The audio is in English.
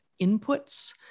inputs